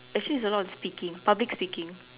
actually is a lot of speaking public speaking